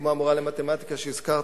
כמו המורה למתמטיקה שהזכרתי,